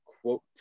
quote